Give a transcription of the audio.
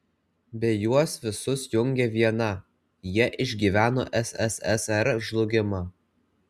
be juos visus jungia viena jie išgyveno sssr žlugimą